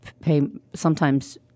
pay—sometimes